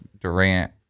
Durant